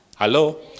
Hello